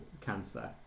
cancer